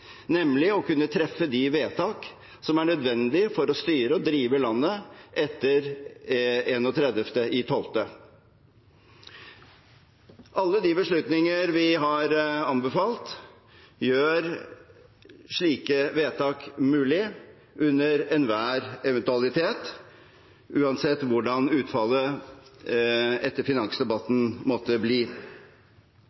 nemlig å kunne treffe de vedtak som er nødvendig for å styre og drive landet etter 31. desember. Alle de beslutninger vi har anbefalt, gjør slike vedtak mulig under enhver eventualitet, uansett hva utfallet etter finansdebatten